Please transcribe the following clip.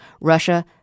Russia